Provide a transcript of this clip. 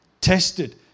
Tested